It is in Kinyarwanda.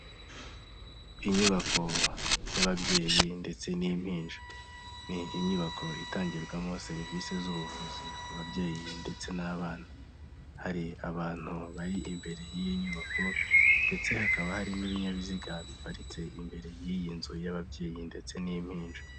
Inyubako y'ababyeyi ndetse n'impinja. Ni inyubako itangirwamo serivisi z'ubuvuzi ku babyeyi ndetse n'abana, hari abantu bari imbere y'iyi nyubako ndetse hakaba hari n'ibinyabiziga biparitse imbere y'iyi nzu y'ababyeyi ndetse n'impinja.